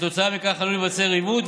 כתוצאה מכך עלולים להיווצר עיוות,